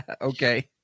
Okay